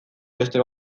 beste